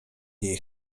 nie